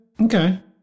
Okay